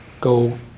go